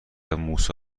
موسی